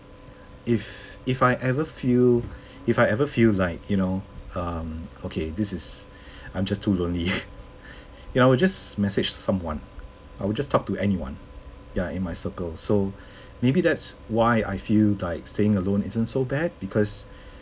if if I ever feel if I ever feel like you know um okay this is I'm just too lonely ya I will just message someone I will just talk to anyone ya in my circle so maybe that's why I feel like staying alone isn't so bad because